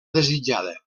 desitjada